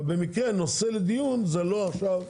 אבל במקרה נושא לדיון זה לא עכשיו,